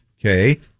Okay